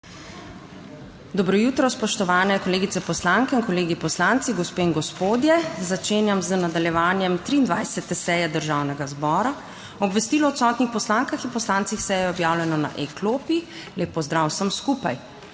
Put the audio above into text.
Dobro jutro, spoštovani kolegice poslanke in kolegi poslanci, gospe in gospodje! Začenjam z nadaljevanjem 23. seje Državnega zbora. Obvestilo o odsotnih poslankah in poslancih s seje je objavljeno na e-klopi. Lep pozdrav vsem skupaj!